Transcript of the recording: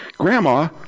Grandma